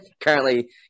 currently